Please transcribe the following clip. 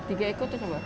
tiga ekor tu siapa